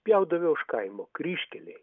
pjaudavę už kaimo kryžkelėj